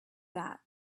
that